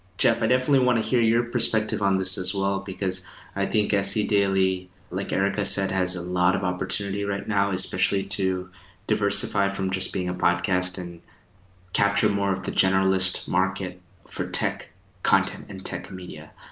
jeff, i definitely want to hear your perspective on this as well, because i think sedaily, like erika said, has a lot of opportunity right now especially to diversify from just being a podcast and capture more of the generalist market for tech content and tech media.